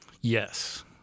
Yes